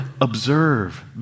observe